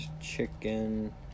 Chicken